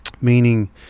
Meaning